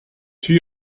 two